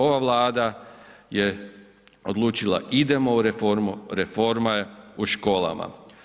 Ova Vlada je odlučila idemo u reformu, reforma je u školama.